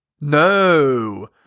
No